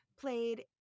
Played